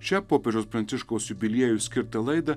šią popiežiaus pranciškaus jubiliejui skirtą laidą